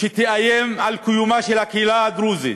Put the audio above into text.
לאיים על קיומה של הקהילה הדרוזית.